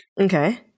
Okay